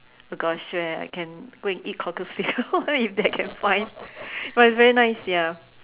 oh gosh swear I can go and eat cockles right now if I can find but it's very nice ya